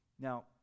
Now